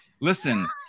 Listen